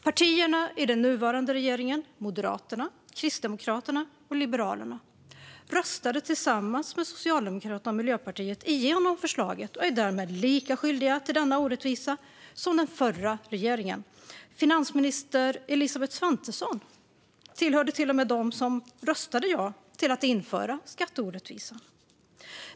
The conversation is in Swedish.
Partierna i den nuvarande regeringen - Moderaterna, Kristdemokraterna och Liberalerna - röstade tillsammans med Socialdemokraterna och Miljöpartiet igenom förslaget och är därmed lika skyldiga till denna orättvisa som den förra regeringen. Finansminister Elisabeth Svantesson tillhörde till och med dem som röstade ja till att införa skatteorättvisan.